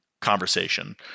conversation